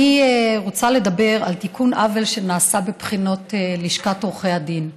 אני רוצה לדבר על תיקון עוול שנעשה בבחינות לשכת עורכי הדין.